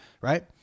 right